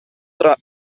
tra